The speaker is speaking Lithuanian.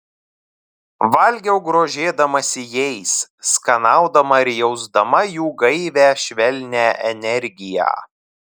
valgiau grožėdamasi jais skanaudama ir jausdama jų gaivią švelnią energiją